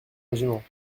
régiment